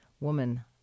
woman